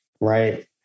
right